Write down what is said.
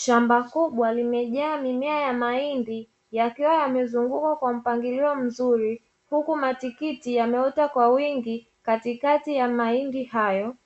Shamba kubwa limejaa mimea ya mahindi yakiwa yamepangiliwa kwa mpangilio mzuri huku matikiti yameota kwa wingi katikati ya mahindi hayo